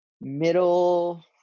middle